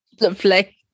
Lovely